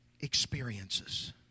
experiences